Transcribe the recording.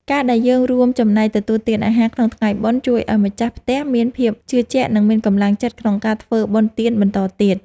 ការដែលយើងរួមចំណែកទទួលទានអាហារក្នុងថ្ងៃបុណ្យ ជួយឱ្យម្ចាស់ផ្ទះមានភាពជឿជាក់ និងមានកម្លាំងចិត្តក្នុងការធ្វើបុណ្យទានបន្តទៀត។